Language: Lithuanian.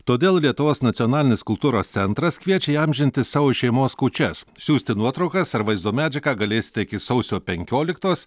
todėl lietuvos nacionalinis kultūros centras kviečia įamžinti savo šeimos kūčias siųsti nuotraukas ar vaizdo medžiagą galėsite iki sausio penkioliktos